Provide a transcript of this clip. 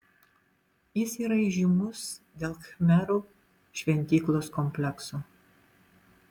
jis yra įžymus dėl khmerų šventyklos komplekso